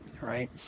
right